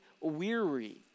weary